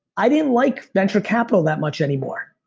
i didn't like venture capital that much anymore,